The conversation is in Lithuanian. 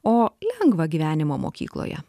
o lengvą gyvenimą mokykloje